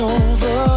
over